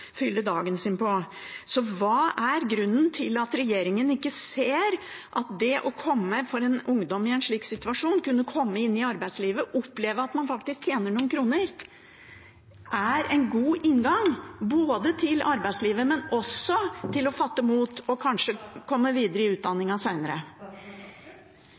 fylle dagen sin på. Hva er grunnen til at regjeringen ikke ser at for en ungdom å komme i en slik situasjon – å kunne komme inn i arbeidslivet og oppleve at man faktisk tjener noen kroner – er en god inngang, både til arbeidslivet og til å fatte mot og kanskje komme videre i